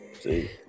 See